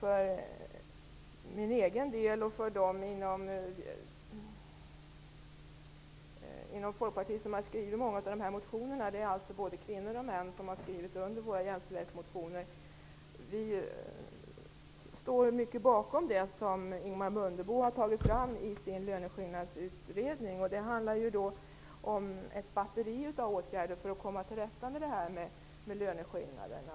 Både kvinnor och män inom Folkpartiet har skrivit under jämställdhetsmotioner. Vi står i stor utsträckning bakom det som Ingemar Mundebo har tagit fram i sin löneskillnadsutredning. Det gäller ett batteri av åtgärder för att komma till rätta med löneskillnaderna.